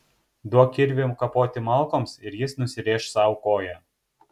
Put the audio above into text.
duok kirvį kapoti malkoms ir jis nusirėš sau koją